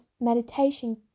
meditation